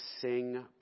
sing